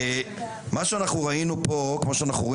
מה שאנחנו ראינו פה כמו שאנחנו רואים